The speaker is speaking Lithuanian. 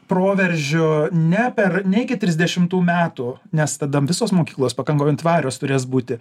proveržiu ne per ne iki trisdešimtų metų nes tada visos mokyklos pakankamai tvarios turės būti